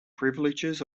privileges